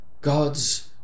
God's